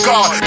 God